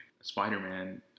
Spider-Man